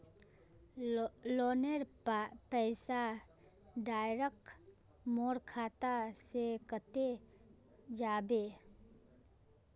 लोनेर पैसा डायरक मोर खाता से कते जाबे?